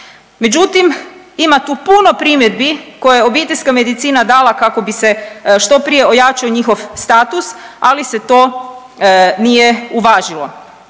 međutim ima tu puno primjedbi koje je obiteljska medicina dala kako bi se što prije ojačao njihov status, ali se to nije uvažilo.